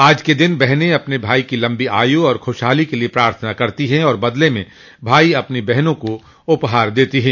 आज के दिन बहनें अपने भाई की लम्बी आयु और ख़ुशहाली के लिए प्रार्थना करती हैं और बदले में भाई अपनी बहनों को उपहार देते हैं